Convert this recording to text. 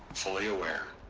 fully aware.